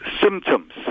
symptoms